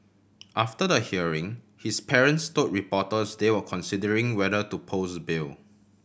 after the hearing his parents told reporters they were considering whether to pose bail